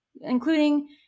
including